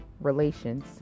relations